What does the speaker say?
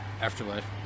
Afterlife